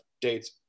dates